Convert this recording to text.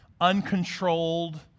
uncontrolled